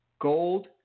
Gold